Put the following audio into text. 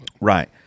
Right